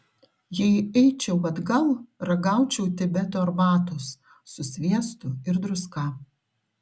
jei eičiau atgal ragaučiau tibeto arbatos su sviestu ir druska